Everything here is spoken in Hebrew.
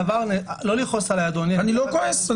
לא לכעוס עלי, אדוני --- אני לא כועס.